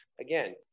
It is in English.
again